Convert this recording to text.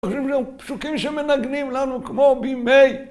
חושבים שהפסוקים שמנגנים לנו כמו בימי